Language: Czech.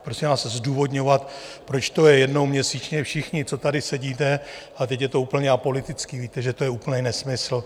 Prosím vás, zdůvodňovat, proč to je jednou měsíčně, všichni, co tady sedíte, a teď je to úplně apolitické, víte, že to je úplný nesmysl.